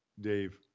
Dave